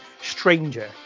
stranger